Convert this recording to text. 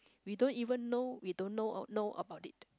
we don't even know we don't know know about it